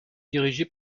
dirigé